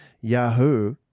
yahoo